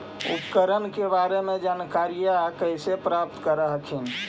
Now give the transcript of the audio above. उपकरण के बारे जानकारीया कैसे कर हखिन?